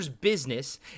business